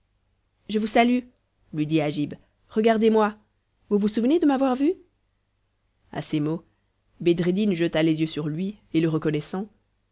je vous salue lui dit agib regardez-moi vous souvenezvous de m'avoir vu à ces mots bedreddin jeta les yeux sur lui et le reconnaissant